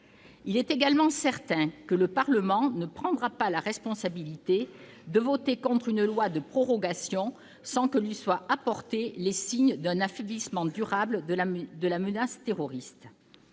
Il est également certain que le Parlement ne prendra pas la responsabilité de voter contre un projet de loi de prorogation sans que lui soient apportés les signes d'un affaiblissement durable de la menace terroriste.